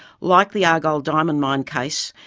like the argyle diamond mine case,